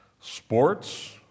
Sports